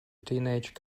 teenage